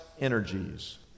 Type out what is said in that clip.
energies